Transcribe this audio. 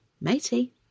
matey